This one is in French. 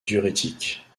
diurétique